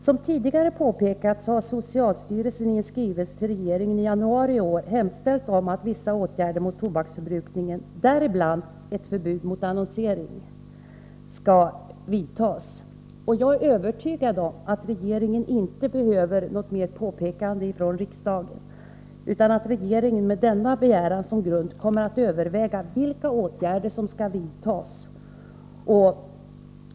Som tidigare påpekats, har socialstyrelsen i en skrivelse till regeringen i januari i år hemställt om att vissa åtgärder mot tobaksbruk, däribland ett förbud mot annonsering, skall vidtas. Jag är övertygad om att regeringen inte behöver något mer påpekande från riksdagen utan att regeringen med denna begäran som grund kommer att överväga vilka åtgärder som skall vidtas.